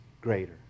greater